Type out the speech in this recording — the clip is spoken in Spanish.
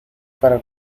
para